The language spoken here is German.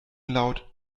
laut